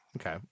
Okay